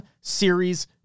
series